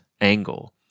angle